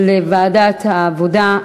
לוועדת העבודה,